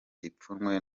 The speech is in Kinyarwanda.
ipfunwe